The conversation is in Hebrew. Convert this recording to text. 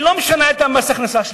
היא לא משנה את מס ההכנסה השלילי,